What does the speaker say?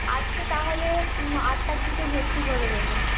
আজকে তাহলে আটটার দিকে ভর্তি করে দেব